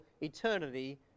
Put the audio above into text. eternity